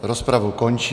Rozpravu končím.